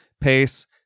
pace